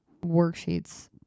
worksheets